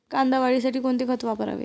कांदा वाढीसाठी कोणते खत वापरावे?